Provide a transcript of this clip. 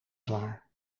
zwaar